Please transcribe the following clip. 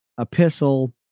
epistle